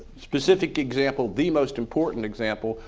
specific example, the most important example,